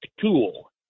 tool